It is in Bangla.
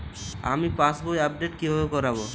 আমি পাসবই আপডেট কিভাবে করাব?